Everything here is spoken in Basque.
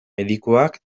medikuak